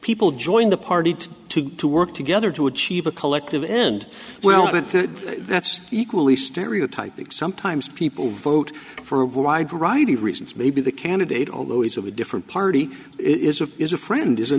people join the party to work together to achieve a collective end that's equally stereotype sometimes people vote for wide variety of reasons maybe the candidate although is of a different party is a is a friend is a